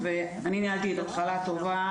אני אתן לך דוגמה קטנה.